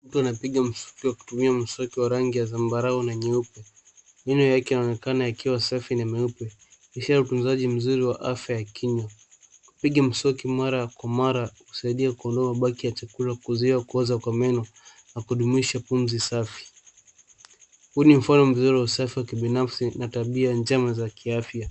Mtu anapiga mswaki akitumia mswaki wa rangi ya zambarau na nyeupe. Meno yake yaonekana yakiwa safi na meupe. Ishara ya utunzaji mzuri wa afya ya kinywa. Kupiga mswaki mara kwa mara husaidia kuondoa mabaki ya chakula kuzuia kuoza kwa meno na kudumisha pumzi safi. Huu ni mfano mzuri wa usafi wa kibinafsi na tabia njema za kiafya.